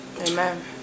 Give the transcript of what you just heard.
Amen